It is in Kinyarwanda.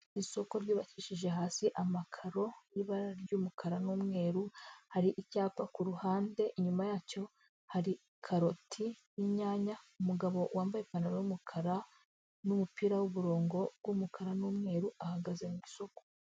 Isoko ryubakishije hasi amakaro y'ibara ry'umukara n'umweru, hari icyapa kuhande inyuma yacyo hari karoti n'inyanya, umugabo wambaye ipantaro y'umukara n'umupira w'uburongo bw'umukara n'umweru ahagaze mu isoko.